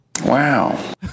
Wow